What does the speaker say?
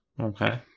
Okay